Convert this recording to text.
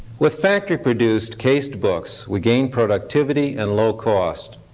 with factory produced cased books we gain productivity and low cost,